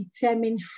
determine